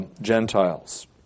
Gentiles